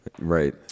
right